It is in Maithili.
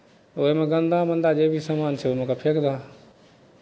ओहिमे गन्दा उन्दा जे भी समान छै ओहिमेका फेकि दहक